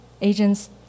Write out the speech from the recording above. agents